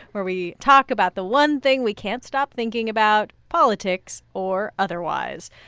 where we talk about the one thing we can't stop thinking about, politics or otherwise.